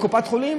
לקופת חולים,